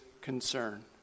concern